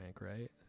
right